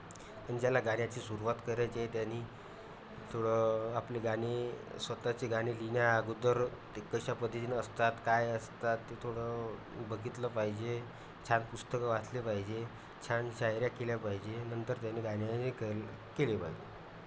आणि ज्याला गाण्याची सुरुवात करायची आहे त्याने थोडं आपले गाणे स्वतःचे गाणे लिहिण्या अगोदर ते कशा पद्धतीने असतात काय असतात ते थोडं बघितलं पाहिजे छान पुस्तकं वाचले पाहिजे छान शायऱ्या केल्या पाहिजे नंतर त्याने गाण्याने के केले पाहिजे